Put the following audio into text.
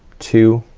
two